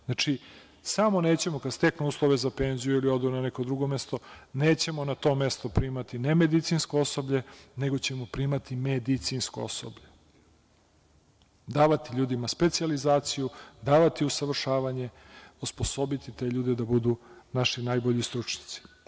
Znači, samo nećemo kada steknu uslove za penziju ili odu na neko drugo mesto, neće na to mesto primati nemedicinsko osoblje, nego ćemo primati medicinsko osoblje, davati ljudima specijalizaciju, davati im usavršavanje, osposobiti te ljude da budu naši najbolji stručnjaci.